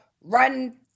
run